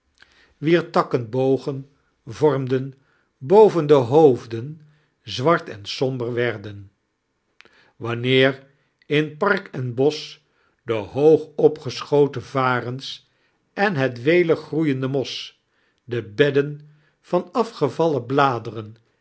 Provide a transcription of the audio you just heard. wier takken bogea vormden boven de hoof den zwart en somber werden wanneer kx park en boech de hoog opgschoten varens en het welig groeiende mos de bedden van afgevallen bladeren